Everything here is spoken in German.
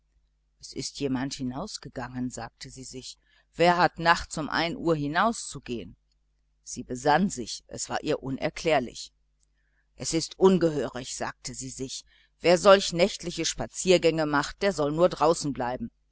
es ist jemand hinausgegangen sagte sie sich wer hat nachts um uhr hinauszugehen sie besann sich es war ihr unerklärlich es ist ungehörig sagte sie sich wer solch nächtliche spaziergänge macht der soll nur draußen bleiben